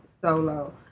solo